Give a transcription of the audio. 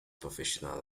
professional